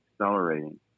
accelerating